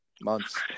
months